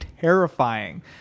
terrifying